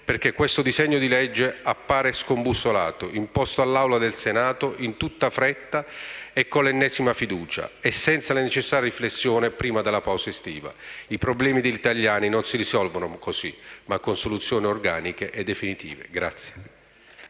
perché questo disegno di legge appare scombussolato, imposto all'Aula del Senato in tutta fretta e con l'ennesima fiducia, senza la necessaria riflessione prima della pausa estiva. I problemi degli italiani si risolvono non così, ma con soluzioni organiche e definitive.